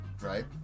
Right